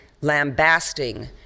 lambasting